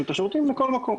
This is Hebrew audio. לכל מקום.